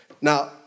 Now